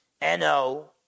N-O